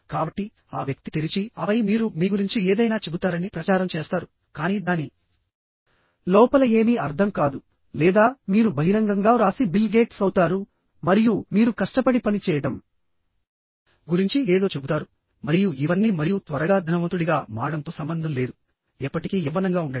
కాబట్టి ఆ వ్యక్తి తెరిచి ఆపై మీరు మీ గురించి ఏదైనా చెబుతారని ప్రచారం చేస్తారు కానీ దాని లోపల ఏమీ అర్థం కాదు లేదా మీరు బహిరంగంగా వ్రాసి బిల్ గేట్స్ అవుతారు మరియు మీరు కష్టపడి పనిచేయడం గురించి ఏదో చెబుతారు మరియు ఇవన్నీ మరియు త్వరగా ధనవంతుడిగా మారడంతో సంబంధం లేదుఎప్పటికీ యవ్వనంగా ఉండండి